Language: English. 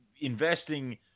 investing